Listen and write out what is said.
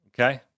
Okay